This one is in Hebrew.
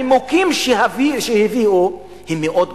הנימוקים שהביאו הם גם מאוד פוגעים.